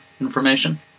information